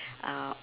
uh